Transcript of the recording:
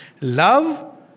Love